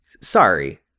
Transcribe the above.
Sorry